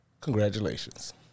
Congratulations